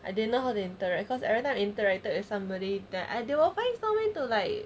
I didn't know how to interact cause every time interacted with somebody then I they will find story like